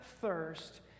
thirst